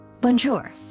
Bonjour